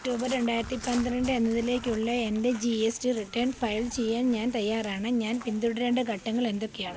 October രണ്ടായിരത്തി പന്ത്രണ്ട് എന്നതിലേക്കുള്ള എൻ്റെ G S T return file ചെയ്യാൻ ഞാൻ തയ്യാറാണ് ഞാൻ പിന്തുടരേണ്ട ഘട്ടങ്ങൾ എന്തൊക്കെയാണ്